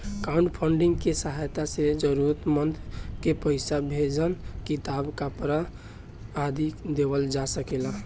crowdfunding के सहायता से जरूरतमंद के पईसा, भोजन किताब, कपरा आदि देवल जा सकेला